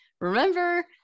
Remember